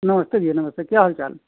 नमस्ते भैया नमस्ते क्या हाल चाल